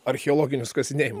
archeologinius kasinėjim